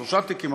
שלושה תיקים,